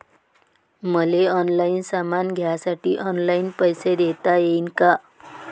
मले ऑनलाईन सामान घ्यासाठी ऑनलाईन पैसे देता येईन का?